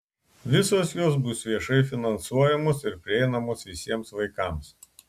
visos jos bus viešai finansuojamos ir prieinamos visiems vaikams